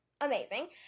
amazing